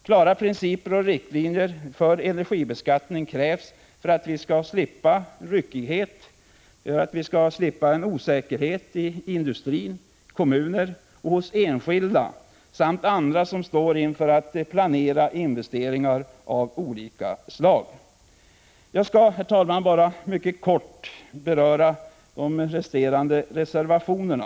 Klara principer och riktlinjer för energibeskattningen krävs för att vi skall slippa ryckighet och osäkerhet i industri, i kommuner samt hos enskilda och andra som står inför att planera investeringar av olika slag. Herr talman! Jag skall bara kort beröra de resterande reservationerna.